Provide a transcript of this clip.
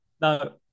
No